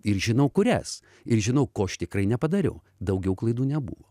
ir žinau kurias ir žinau ko aš tikrai nepadariau daugiau klaidų nebuvo